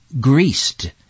Greased